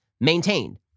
maintained